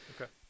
Okay